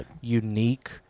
unique